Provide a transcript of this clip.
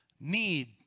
need